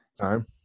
time